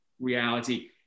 reality